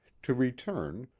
to return,